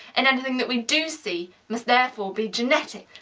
and anything that we do see must, therefore, be genetic.